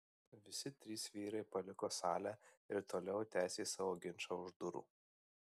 visi trys vyrai paliko salę ir toliau tęsė savo ginčą už durų